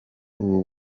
ubu